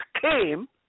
came